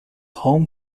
home